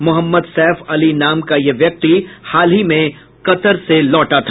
मोहम्मद सैफ अली नाम का यह व्यक्ति हाल ही में कतर से लौटा था